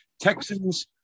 Texans